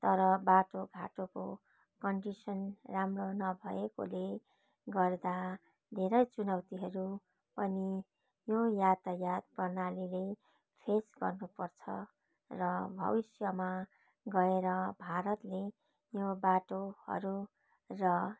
तर बाटो घाटोको कन्डिसन राम्रो नभएकोले गर्दा धेरै चुनौतीहरू पनि यो यातायात प्रणालीले फेस गर्नुपर्छ र भविष्यमा गएर भारतले यो बाटोहरू र